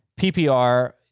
PPR